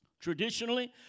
traditionally